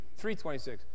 3.26